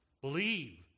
Believe